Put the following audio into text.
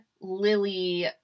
lily